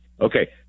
Okay